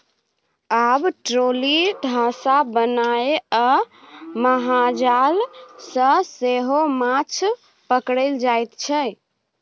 आब ट्रोली, धासा बनाए आ महाजाल सँ सेहो माछ पकरल जाइ छै